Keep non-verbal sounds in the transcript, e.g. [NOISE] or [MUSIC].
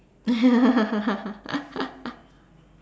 [LAUGHS] ya